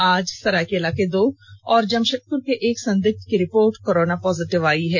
आज को सरायकेला के दो और जमशेदपुर के एक संदिग्ध की रिपोर्ट कोरोना पॉजिटिव आई है